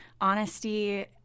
honesty